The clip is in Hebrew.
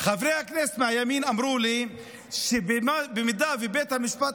חברי הכנסת מהימין אמרו לי שאם בית המשפט